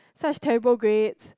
such terrible grades